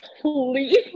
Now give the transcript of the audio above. please